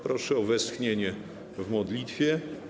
Proszę o westchnienie w modlitwie.